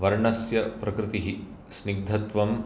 वर्णस्य प्रकृतिः स्निग्धत्वं